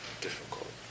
difficult